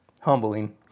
humbling